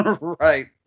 Right